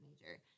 major